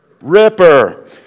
Ripper